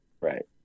right